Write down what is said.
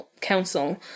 council